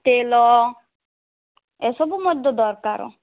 ତେଲ ଏସବୁ ମଧ୍ୟ ଦରକାର